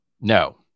No